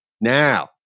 Now